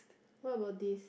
what about this